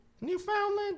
Newfoundland